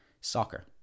soccer